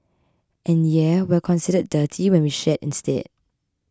and yeah we're considered dirty when we shed instead